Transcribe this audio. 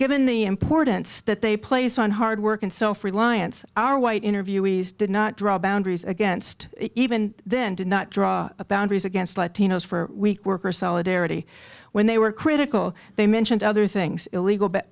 given the importance that they place on hard work and so free lions our white interviewees did not draw boundaries against even then did not draw boundaries against latinos for weak work or solidarity when they were critical they mentioned other things illegal but